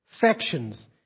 factions